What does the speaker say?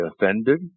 offended